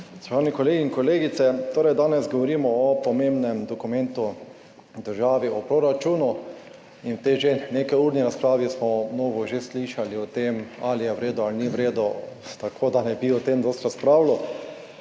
Spoštovani kolegi in kolegice! Danes govorimo o pomembnem dokumentu v državi – o proračunu. In v tej že nekajurni razpravi smo mnogo že slišali o tem, ali je v redu ali ni v redu, tako da ne bi o tem dosti razpravljal.